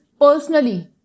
personally